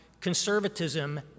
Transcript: conservatism